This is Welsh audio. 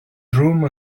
drwm